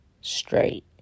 straight